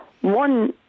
one